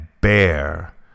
bear